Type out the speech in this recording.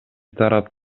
тарап